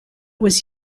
was